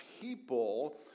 people